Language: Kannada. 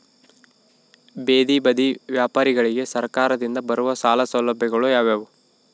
ಬೇದಿ ಬದಿ ವ್ಯಾಪಾರಗಳಿಗೆ ಸರಕಾರದಿಂದ ಬರುವ ಸಾಲ ಸೌಲಭ್ಯಗಳು ಯಾವುವು?